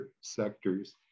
sectors